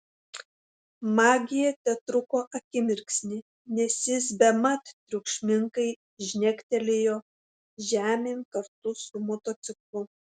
magija tetruko akimirksnį nes jis bemat triukšmingai žnektelėjo žemėn kartu su motociklu